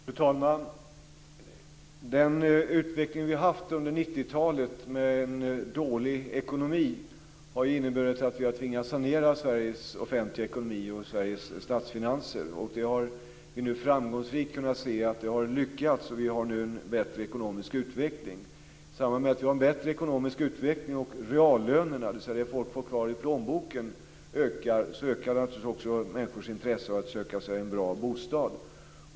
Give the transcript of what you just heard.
Fru talman! Den utveckling som vi har haft under 90-talet med en dålig ekonomi har inneburit att vi har tvingats att sanera Sveriges offentliga ekonomi och Sveriges statsfinanser. Vi har kunnat se att det har varit framgångsrikt, och vi har nu en bättre ekonomisk utveckling. I samband med att vi har en bättre ekonomisk utveckling och att reallönerna - dvs. det som folk får kvar i plånboken - ökar, ökar naturligtvis också människors intresse av att söka sig en bra bostad.